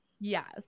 Yes